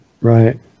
right